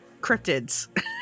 cryptids